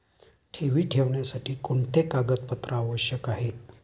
ठेवी ठेवण्यासाठी कोणते कागदपत्रे आवश्यक आहे?